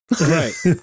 Right